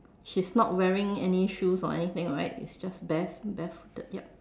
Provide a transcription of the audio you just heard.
she's not wearing any shoes or anything right it's just bare barefooted yup